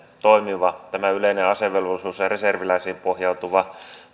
toimiva tämä yleinen asevelvollisuus ja reserviläisiin pohjautuva